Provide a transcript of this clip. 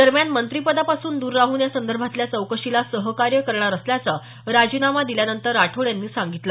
दरम्यान मंत्रीपदापासून दूर राहून या संदर्भातल्या चौकशीला सहकार्य करणार असल्याचं राजीनामा दिल्यानंतर राठोड यांनी सांगितलं